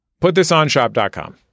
PutThisOnShop.com